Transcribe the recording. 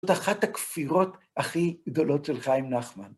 זאת אחת הכפירות הכי גדולות של חיים נחמן.